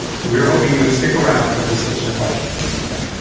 so we were hoping you would stick around for this list or question if that's ok.